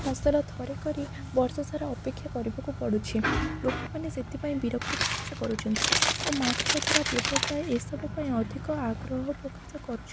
ଫସଲ ଥରେ କରି ବର୍ଷ ସାରା ଅପେକ୍ଷା କରିବାକୁ ପଡ଼ୁଛି ଲୋକମାନେ ସେଥିପାଇଁ ବିରକ୍ତି ପ୍ରକାଶ କରୁଛନ୍ତି ଓ ମାଛ ଧରା ବ୍ୟବସାୟ ଏସବୁ ପାଇଁ ଅଧିକ ଆଗ୍ରହ ପ୍ରକାଶ କରୁଛନ୍ତି